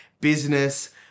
business